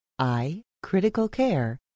icriticalcare